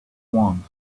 want